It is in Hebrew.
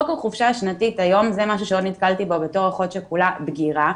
חוק החופשה השנתית היום זה משהו שנתקלתי בו בתור אחות שכולה בגירה,